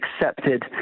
accepted